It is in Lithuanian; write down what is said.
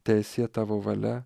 teesie tavo valia